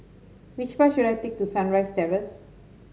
which bus should I take to Sunrise Terrace